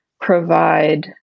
provide